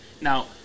Now